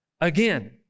again